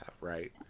right